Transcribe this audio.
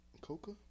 Coca